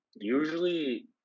usually